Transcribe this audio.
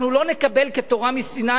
אנחנו לא נקבל כתורה מסיני,